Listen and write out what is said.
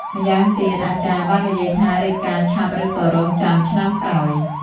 ម្យ៉ាងទៀតអាចារ្យបាននិយាយថារៀបការឆាប់ឬក៏រងចាំឆ្នាំក្រោយ។